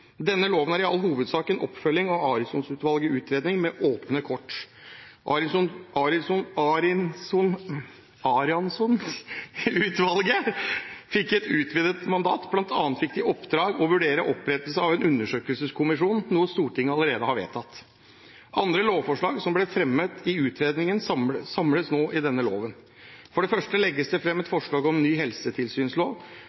Denne loven er i all hovedsak en oppfølging av Arianson-utvalgets utredning, Med åpne kort. Arianson-utvalget fikk et utvidet mandat, bl.a. fikk de i oppdrag å vurdere opprettelsen av en undersøkelseskommisjon, noe Stortinget allerede har vedtatt. Andre lovforslag som ble fremmet i utredningen, samles nå i denne loven. For det første legges det fram et